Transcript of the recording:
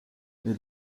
neil